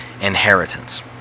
inheritance